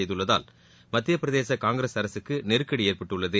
செய்துள்ளதால் மத்தியபிரதேச காங்கிரஸ்அரசுக்கு நெருக்கடி ஏற்பட்டுள்ளது